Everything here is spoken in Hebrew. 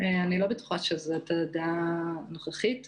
איני בטוחה שזו הדעה הנוכחית,